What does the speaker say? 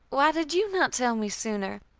why did you not tell me sooner?